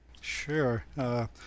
Sure